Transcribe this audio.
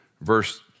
Verse